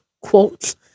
quotes